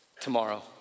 tomorrow